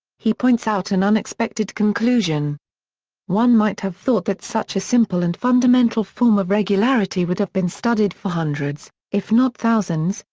he points out an unexpected conclusion one might have thought that such a simple and fundamental form of regularity would have been studied for hundreds, if not thousands,